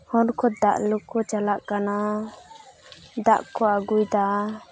ᱦᱚᱲ ᱠᱚ ᱫᱟᱜ ᱞᱩ ᱠᱚ ᱪᱟᱞᱟᱜ ᱠᱟᱱᱟ ᱫᱟᱜ ᱠᱚ ᱟᱹᱜᱩᱭᱮᱫᱟ